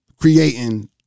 creating